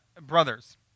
Brothers